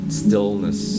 stillness